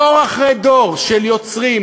דור אחרי דור של יוצרים,